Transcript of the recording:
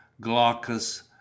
Glaucus